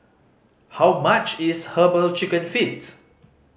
how much is Herbal Chicken Feet